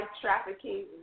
trafficking